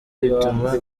bituma